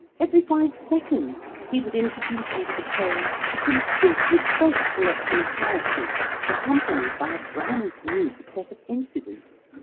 every five seconds he would introduce into the tale a completely fresh collection of characters accompanied by a brand new set of incidents.